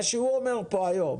מה שהוא אומר פה היום